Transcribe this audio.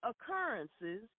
occurrences